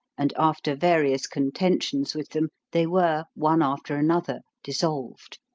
and, after various contentions with them, they were, one after another, dissolved.